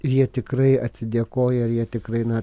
ir jie tikrai atsidėkoja ir jie tikrai na